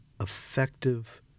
effective